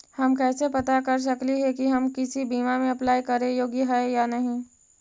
हम कैसे पता कर सकली हे की हम किसी बीमा में अप्लाई करे योग्य है या नही?